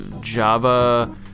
Java